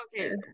okay